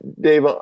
Dave